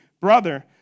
Brother